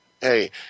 Hey